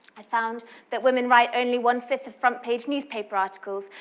i found that women write only one fifth of front page newspaper articles,